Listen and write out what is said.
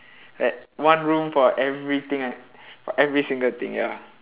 like one room for everything uh for every single thing ya